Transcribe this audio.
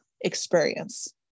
experience